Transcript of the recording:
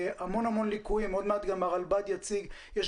והמון ליקויים ועוד מעט גם הרלב"ג יציג כאשר יש